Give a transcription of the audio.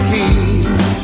Keys